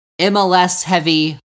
MLS-heavy